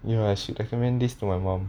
you know I should recommend this to my mum